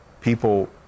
people